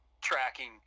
tracking